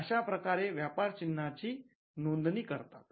अश्या प्रकारे व्यापार चिन्हाची नोंदणी करतात